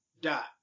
dot